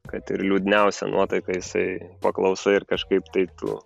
kad ir liūdniausią nuotaiką jisai paklausai ir kažkaip tai tu